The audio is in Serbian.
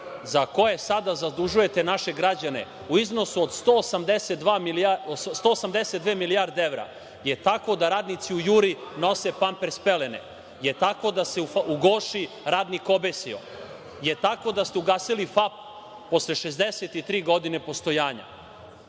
za koje sada zadužujete naše građane u iznosu od 182 milijarde evra, je tako da radnici u „Juri“ nose pampers pelene, je tako da se u „Goši“ radnik obesio, je tako da ste ugasili FAP posle 63 godine postojanja.